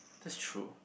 that's true